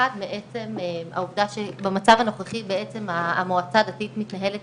אחת מעצם העובדה שבמצב הנוכחי המועצה הדתית מתנהלת